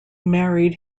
married